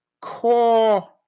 core